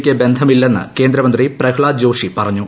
യ്ക്ക് ബന്ധമില്ലെന്ന് കേന്ദ്രമന്ത്രി പ്രഹ്ലാദ് ജോഷി പറഞ്ഞു